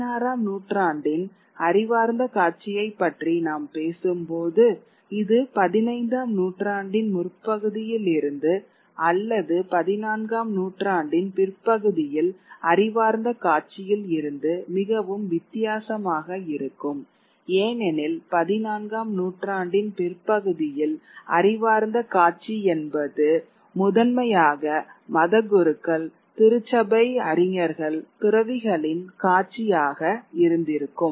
பதினாறாம் நூற்றாண்டின் அறிவார்ந்த காட்சியைப் பற்றி நாம் பேசும்போது இது பதினைந்தாம் நூற்றாண்டின் முற்பகுதியிலிருந்து அல்லது பதினான்காம் நூற்றாண்டின் பிற்பகுதியில் அறிவார்ந்த காட்சியில் இருந்து மிகவும் வித்தியாசமாக இருக்கும் ஏனெனில் பதினான்காம் நூற்றாண்டின் பிற்பகுதியில் அறிவார்ந்த காட்சி என்பது முதன்மையாக மதகுருக்கள் திருச்சபை அறிஞர்கள் துறவிகளின் காட்சியாக இருந்திருக்கும்